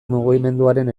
mugimenduaren